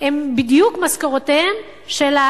הם בדיוק משכורותיהם של,